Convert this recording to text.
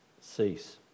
cease